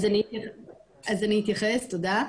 אז אני אתייחס, תודה.